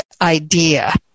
idea